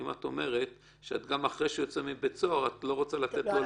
אם את אומרת שגם אחרי שהוא יוצא מבית הסוהר את לא רוצה לתת לו לחיות.